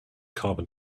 carbon